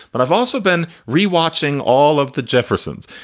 but i've also been re watching all of the jeffersons.